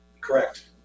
Correct